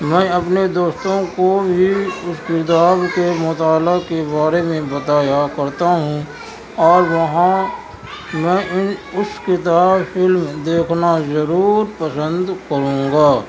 میں اپنے دوستوں کو بھی اس کتاب کے مطالعہ کے بارے میں بتایا کرتا ہوں اور وہاں میں ان اس کتاب فلم دیکھنا ضرور پسند کروں گا